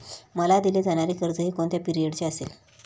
मला दिले जाणारे कर्ज हे कोणत्या पिरियडचे असेल?